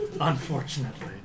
Unfortunately